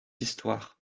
histoire